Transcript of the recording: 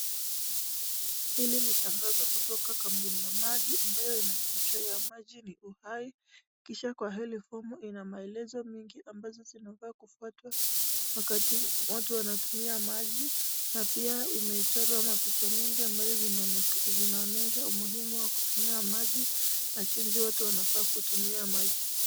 Hili ni tangazo kutoka kampuni ya maji ambayo ina kichwa ya maji ni uhai. Kisha kwa hili fomu ina maelezo mingi ambazo zinafaa kufuatwa wakati watu wanatumia maji na pia imechorwa picha mingi ambazo zinaonyesha umuhimu wa kutumia maji na jinsi watu wanafaa kutumia maji.